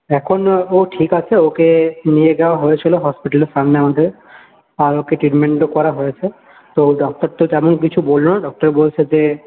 এখন ও ঠিক আছে ওকে নিয়ে যাওয়া হয়েছিলো হসপিটালে সামনে আমাদের আর ওকে ট্রিটমেন্টও করা হয়েছে তো ডক্টর তো তেমন কিছু বললো না ডক্টর বলেছে যে